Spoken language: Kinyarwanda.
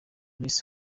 miss